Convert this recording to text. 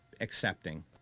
accepting